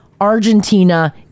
Argentina